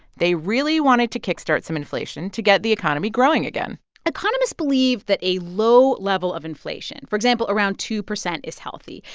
they really wanted to kick-start some inflation to get the economy growing again economists believe that a low level of inflation for example, around two percent is healthy.